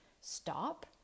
stop